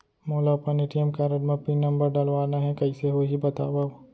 मोला अपन ATM card म पिन नंबर डलवाना हे कइसे होही बतावव?